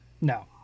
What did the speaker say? No